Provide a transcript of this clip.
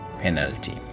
penalty